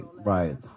right